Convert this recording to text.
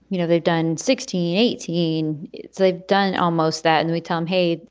you know, they've done sixteen, eighteen. so they've done almost that. and we tell them, hey,